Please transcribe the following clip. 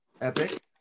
Epic